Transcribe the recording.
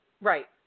right